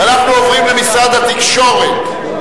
אנחנו עוברים למשרד התקשורת.